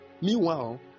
meanwhile